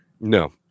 No